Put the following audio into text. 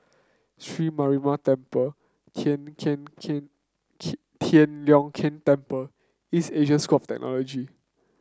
Sri Mariamman Temple Tian Tian Tian Tian Leong Keng Temple East Asia School Technology